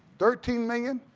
thirteen million,